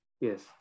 Yes